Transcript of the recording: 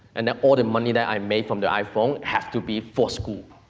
and then all the money that i made from the iphone have to be for school.